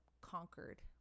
conquered